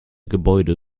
gebäude